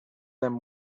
them